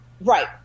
Right